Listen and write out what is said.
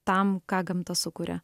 tam ką gamta sukuria